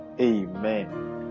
Amen